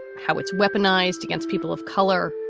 how it's weaponized against people of color,